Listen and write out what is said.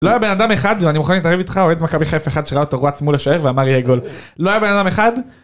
לא היה בן אדם אחד, אני מוכן להתערב איתך, אוהד מכבי חיפה אחד שראה אותו רץ מול השוער ואמר יהיה גול. לא היה בן אדם אחד.